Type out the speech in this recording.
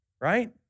Right